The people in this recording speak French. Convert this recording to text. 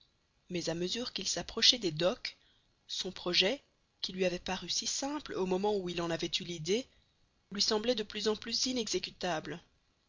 mais à mesure qu'il s'approchait des docks son projet qui lui avait paru si simple au moment où il en avait eu l'idée lui semblait de plus en plus